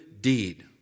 deed